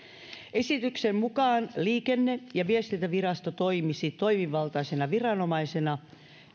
esityksen mukaan liikenne ja viestintävirasto toimisi toimivaltaisena viranomaisena